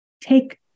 take